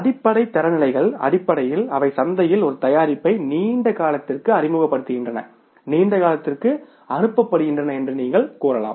அடிப்படை தரநிலைகள் அடிப்படையில் அவை சந்தையில் ஒரு தயாரிப்பை நீண்ட காலத்திற்கு அறிமுகப்படுத்துகின்றன நீண்ட காலத்திற்கு அனுப்பப்படுகின்றன என்று நீங்கள் கூறலாம்